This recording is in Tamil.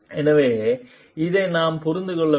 எனவே இதை நாம் புரிந்து கொள்ள வேண்டும்